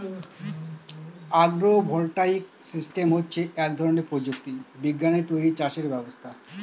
আগ্র voltaic system হচ্ছে এক ধরনের প্রযুক্তি বিজ্ঞানে তৈরী চাষের ব্যবস্থা